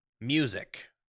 music